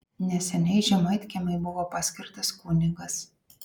neseniai žemaitkiemiui buvo paskirtas kunigas